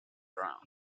round